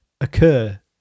occur